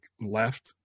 left